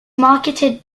marketed